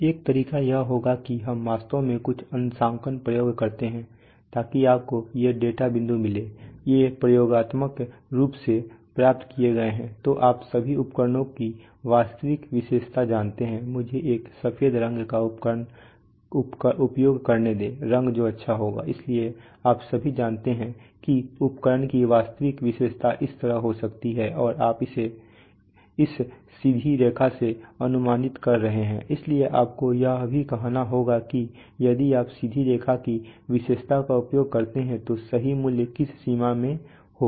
तो एक तरीका यह होगा कि हम वास्तव में कुछ अंशांकन प्रयोग करते हैं ताकि आपको ये डेटा बिंदु मिले ये प्रयोगात्मक रूप से प्राप्त किए गए हैं तो आप सभी उपकरण की वास्तविक विशेषता जानते हैं मुझे एक सफेद रंग का उपयोग करने दें रंग जो अच्छा होगा इसलिए आप सभी जानते हैं कि उपकरण की वास्तविक विशेषता इस तरह हो सकती है और आप इसे इस सीधी रेखा से अनुमानित कर रहे हैं इसलिए आपको यह भी कहना होगा कि यदि आप सीधी रेखा की विशेषताओं का उपयोग करते हैं तो सही मूल्य किस सीमा में होगा